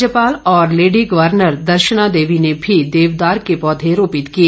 राज्यपाल और lady governor Darshana Devi ने भी देवदार के पौधे रोपित किए